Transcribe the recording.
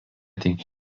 tik